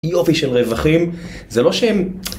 יופי של רווחים, זה לא שם.